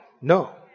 No